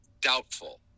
Doubtful